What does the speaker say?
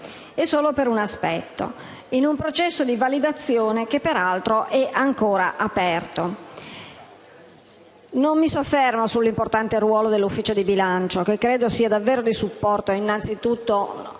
e solo per un aspetto, in un processo di validazione che peraltro è ancora aperto. Non mi soffermo sull'importante ruolo dell'Ufficio parlamentare di bilancio, che credo sia davvero di supporto non tanto